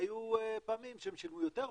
והיו פעמים שהם שילמו עוד יותר,